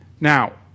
Now